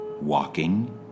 walking